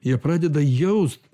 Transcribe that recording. jie pradeda jaust